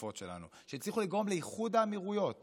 שבשותפות שלנו, הצליחו לגרום לאיחוד האמירויות